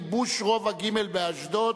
ייבוש רובע ג' באשדוד.